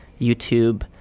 youtube